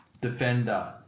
Defender